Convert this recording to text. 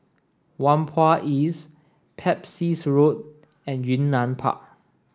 Whampoa East Pepys Road and Yunnan Park